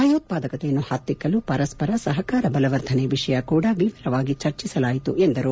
ಭಯೋತ್ಪಾದಕತೆಯನ್ನು ಪತ್ತಿಕ್ಕಲು ಪರಸ್ವರ ಸಹಕಾರ ಬಲವರ್ಧನೆ ವಿಷಯ ಕೂಡಾ ವಿವರವಾಗಿ ಚರ್ಚಿಸಲಾಯಿತು ಎಂದು ಹೇಳಿದರು